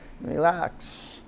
Relax